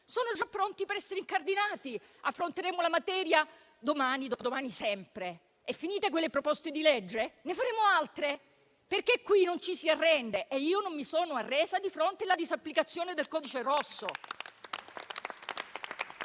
sono già pronti per essere incardinati. Affronteremo la materia domani, dopodomani, sempre; e, dopo quelle proposte di legge, ne faremo altre, perché qui non ci si arrende, e io non mi sono arresa di fronte alla disapplicazione del codice rosso.